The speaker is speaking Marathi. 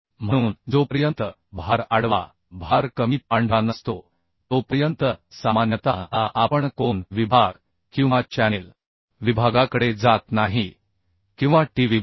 म्हणून जोपर्यंत भार आडवा भार कमी पांढरा नसतो तोपर्यंत सामान्यतः आपण कोन विभाग किंवा चॅनेल विभागाकडे जात नाही किंवा Tविभाग